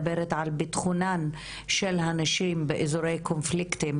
ביטחונן של נשים באזורי קונפליקטים.